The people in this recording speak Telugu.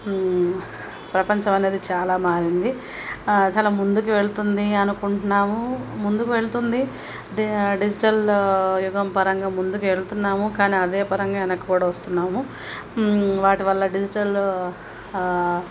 ప్రపంచం అనేది చాలా మారింది చాలా ముందుకు వెళ్తుంది అనుకుంటున్నాము ముందుకు వెళుతుంది డీ డిజిటల్ యుగం పరంగా ముందుకు వెళుతున్నాము కానీ అదేపరంగా వెనక్కి కూడా వస్తున్నాము వాటి వల్ల డిజిటల్